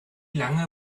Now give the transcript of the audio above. lange